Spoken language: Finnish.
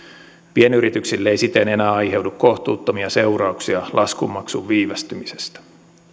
pienyrityksille ei siten enää aiheudu kohtuuttomia seurauksia laskunmaksun viivästymisestä